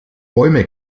bäume